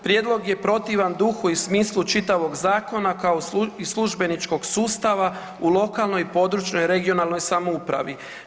Prijedlog je protivan duhu i smislu čitavog zakona kao i službeničkog sustava u lokalnoj, područnoj (regionalnoj) samoupravi.